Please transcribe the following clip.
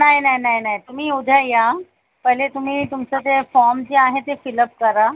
नाही नाही नाही नाही तुम्ही उद्या या पहिले तुम्ही तुमचं ते फॉर्म जे आहे ते फिलप करा